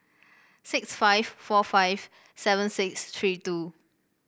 six five four five seven six three two